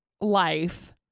life